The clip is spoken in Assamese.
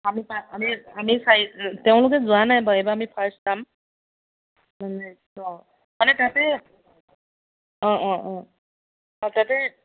আমি আমি আমি চাই তেওঁলোকে যোৱা নাই বাৰু এইবাৰ আমি ফাৰ্ষ্ট যাম মানে অঁ মানে তাতে অঁ অঁ অঁ অঁ তাতে